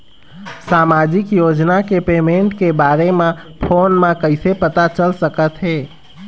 सामाजिक योजना के पेमेंट के बारे म फ़ोन म कइसे पता चल सकत हे?